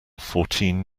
fourteen